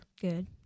Good